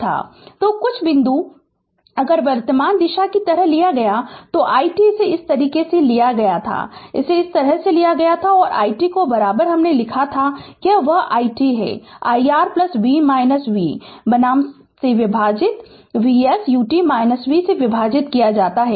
तो कुछ बिंदु अगर वर्तमान दिशा को इस तरह लिया गया था यह i t इसे इस तरह से लिया गया था इसे इस तरह से लिया गया था और i t हमने लिखा था यह वह i t है i R v - v यानी बनाम से विभाजित इस Vs ut V से विभाजित किया जाता है